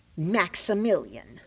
maximilian